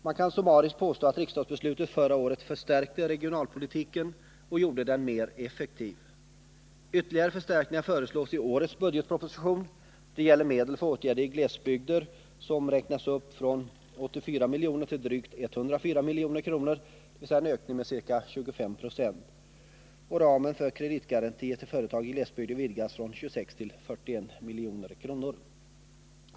Man kan summariskt påstå att riksdagsbeslutet förra året förstärkte regionalpolitiken och gjorde den mer effektiv. Ytterligare förstärkningar föreslås i årets budgetproposition. Det gäller medlen för åtgärder i glesbygder, som räknas upp från 84 milj.kr. till drygt 104 milj.kr., "dvs. en ökning med ca 25 20. Ramen för kreditgarantier till företag i glesbygder vidgas från 26 till 41 milj.kr.